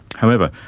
however,